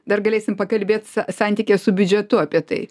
dar galėsim pakalbėt sa santykyje su biudžetu apie tai